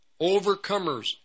overcomers